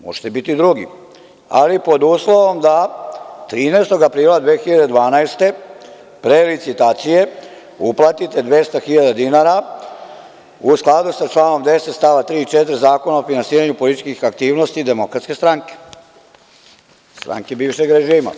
Možete biti drugi, ali pod uslovom da 13. aprila 2012. godine pre licitacije uplatite 200.000 u skladu sa članom 10. stav 3. i 4. Zakona o finansiranju političkih aktivnosti DS, stranci bivšeg režima.